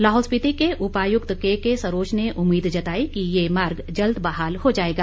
लाहौल स्पिति के उपायुक्त केके सरोच ने उम्मीद जताई कि ये मार्ग जल्द बहाल हो जाएगा